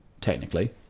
technically